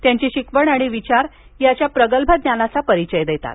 त्यांची शिकवण आणि विचार त्याच्या प्रगल्भ ज्ञानाचा परिचय देतात